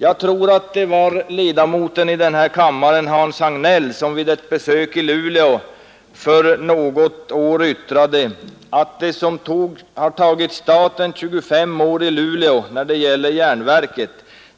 Jag tror att det var ledamoten av denna kammare herr Hans Hagnell som vid ett besök i Luleå för något år sedan yttrade att det som har tagit staten 25 år att utföra när det gäller järnverket